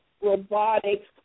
robotics